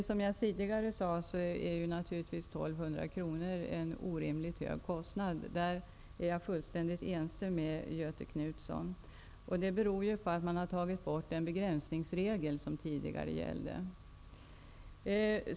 Som jag tidigare sagt är 1 200 kr naturligtvis en orimligt hög kostnad. På den punkten är jag fullständigt ense med Göthe Knutson. Anledningen här är att man har tagit bort den begränsningsregel som tidigare gällde.